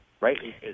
Right